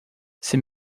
ces